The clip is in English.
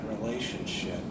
relationship